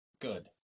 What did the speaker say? good